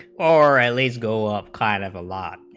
are alleys goal of kind of a lot